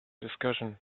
discussion